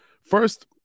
first